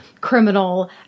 criminal